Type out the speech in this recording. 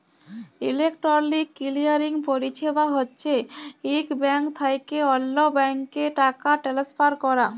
electronic clearing পরিছেবা হছে ইক ব্যাংক থ্যাইকে অল্য ব্যাংকে টাকা টেলেসফার ক্যরা